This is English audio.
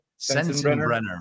Sensenbrenner